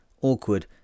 awkward